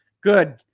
good